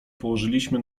położyliśmy